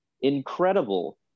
incredible